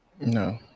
no